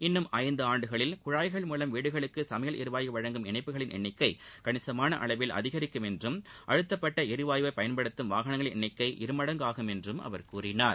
இன்னும் ஐந்து ஆண்டுகளில் குழாய்கள் மூலம் வீடுகளுக்கு சமையல் எரிவாயு வழங்கும் இணைப்புகளின் என்ணிக்கை கனிசமான அளவில் அதிகரிக்கும் என்றும் அழுத்தப்பட்ட எரிவாயுவை பயன்படுத்தும் வாகனங்களின் எண்ணிக்கை இருமடங்காகும் என்றும் அவர் கூறினார்